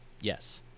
Yes